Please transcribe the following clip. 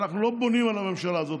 אנחנו לא בונים על הממשלה הזאת,